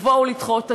לבוא ולדחות.